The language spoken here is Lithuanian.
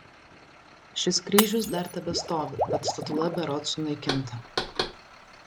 šis kryžius dar tebestovi bet statula berods sunaikinta